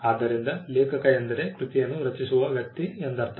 ಆದ್ದರಿಂದ ಲೇಖಕ ಎಂದರೆ ಕೃತಿಯನ್ನು ರಚಿಸುವ ವ್ಯಕ್ತಿ ಎಂದರ್ಥ